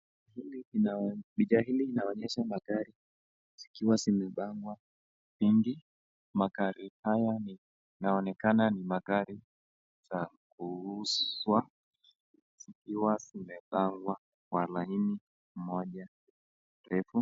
Picha hili linaonyesha magari zikiwa zimepangwa mengi, magari haya yanaonekana ni magari za kuuzwa zikiwa zimepangwa kwa laini moja refu.